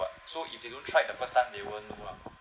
so if they don't try it the first time they won't know lah